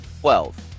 Twelve